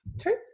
True